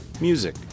music